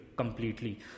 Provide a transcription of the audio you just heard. completely